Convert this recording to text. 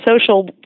social